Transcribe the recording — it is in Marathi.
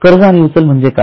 कर्ज आणि उचल म्हणजे काय